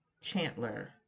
Chandler